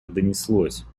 донеслось